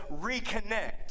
reconnect